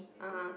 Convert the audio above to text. ah !huh!